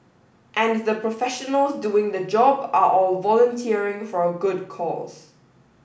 and the professionals doing the job are all volunteering for a good cause